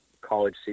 college